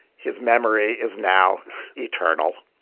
his memory is now eternal.